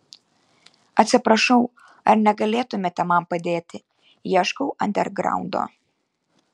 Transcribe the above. atsiprašau ar negalėtumėte man padėti ieškau andergraundo